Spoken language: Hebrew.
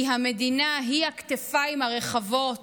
כי המדינה היא הכתפיים הרחבות